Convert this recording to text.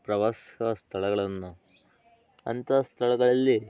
ಪ್ರವಾಸ ಸ್ಥಳಗಳನ್ನ ಅಂತ ಸ್ಥಳಗಳಲ್ಲಿ